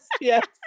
yes